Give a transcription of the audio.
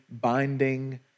binding